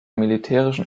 militärischen